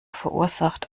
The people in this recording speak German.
verursacht